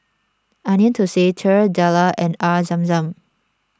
Onion Thosai Telur Dadah and Air Zam Zam